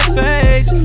face